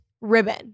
ribbon